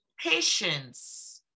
Patience